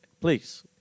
please